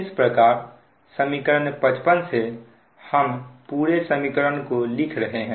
इस प्रकार समीकरण 55 से हम पूरे समीकरण को लिख रहे हैं